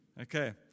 okay